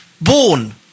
born